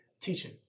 teaching